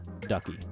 ducky